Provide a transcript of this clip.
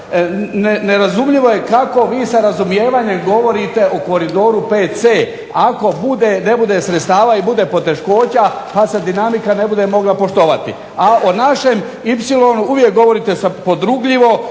Nerazumljivo je kako vi sa razumijevanjem govorite o Koridoru 5c ako ne bude sredstava i bude poteškoća pa se dinamika ne bude mogla poštovati. A o našem Ipsilonu uvijek govorite podrugljivo,